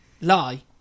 Lie